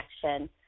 connection